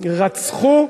רצחו,